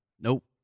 Nope